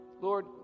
Lord